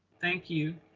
thank you.